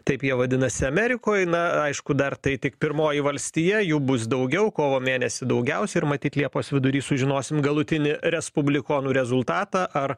taip jie vadinasi amerikoj na aišku dar tai tik pirmoji valstija jų bus daugiau kovo mėnesį daugiausiai ir matyt liepos vidury sužinosim galutinį respublikonų rezultatą ar